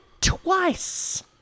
twice